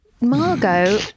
Margot